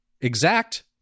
exact